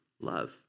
love